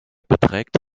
beträgt